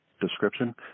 description